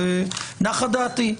נחה דעתי.